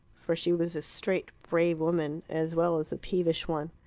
for she was a straight, brave woman, as well as a peevish one.